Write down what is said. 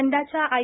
यंदाच्या आय